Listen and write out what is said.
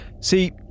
See